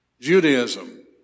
Judaism